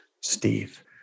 Steve